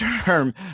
term